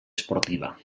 esportiva